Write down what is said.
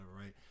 right